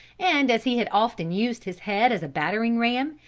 and as he had often used his head as a battering-ram,